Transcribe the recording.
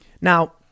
Now